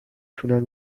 تونم